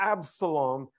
Absalom